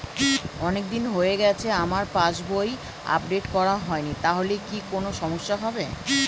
অনেকদিন হয়ে গেছে আমার পাস বই আপডেট করা হয়নি তাহলে কি কোন সমস্যা হবে?